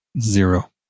zero